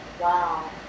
Wow